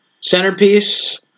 centerpiece